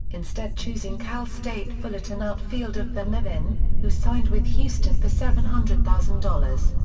instead choosing cal-state fullerton outfielder phil nevin, who signed with houston for seven hundred thousand dollars.